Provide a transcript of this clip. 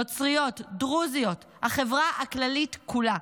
נוצריות, דרוזיות והחברה הכללית כולה.